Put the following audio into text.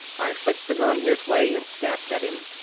i flicked the gun his way and snapped at him.